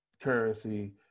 currency